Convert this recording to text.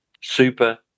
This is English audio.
Super